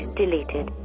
deleted